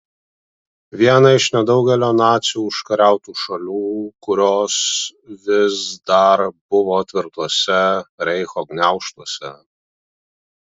vieną iš nedaugelio nacių užkariautų šalių kurios vis dar buvo tvirtuose reicho gniaužtuose